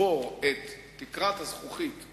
בוקר טוב לך, ידידתי.